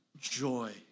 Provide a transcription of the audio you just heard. joy